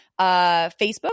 Facebook